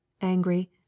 angry